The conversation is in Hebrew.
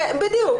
בדיוק.